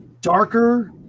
darker